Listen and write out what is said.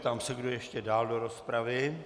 Ptám se, kdo ještě dál do rozpravy.